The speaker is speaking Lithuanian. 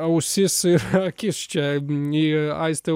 ausis ir akis čia į aistę